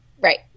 Right